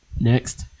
Next